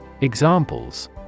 Examples